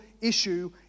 issue